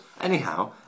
Anyhow